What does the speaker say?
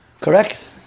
Correct